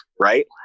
right